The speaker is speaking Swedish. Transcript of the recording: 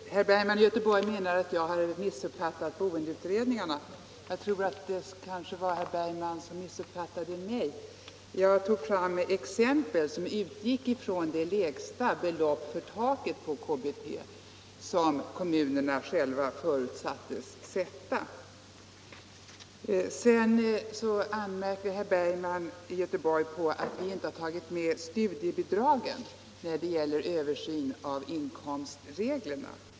Herr talman! Herr Bergman i Göteborg menar att jag har missuppfattat boendeutredningen. Det kanske var herr Bergman som missuppfattade mig. Jag tog fram exempel som utgick ifrån det lägsta belopp för taket för kommunalt bostadstillägg, som kommunerna själva förutsattes bestämma. Herr Bergman anmärkte på att vi inte har tagit med studiebidragen när det gäller översyn av inkomstreglerna.